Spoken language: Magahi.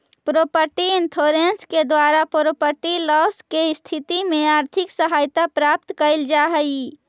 प्रॉपर्टी इंश्योरेंस के द्वारा प्रॉपर्टी लॉस के स्थिति में आर्थिक सहायता प्राप्त कैल जा हई